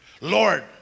Lord